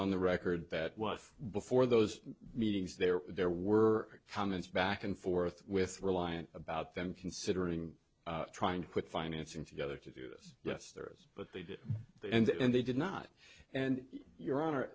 on the record that was before those meetings there there were comments back and forth with reliant about them considering trying to put financing together to do this yes there is but they did and they did not and your hon